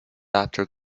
after